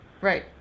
Right